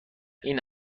این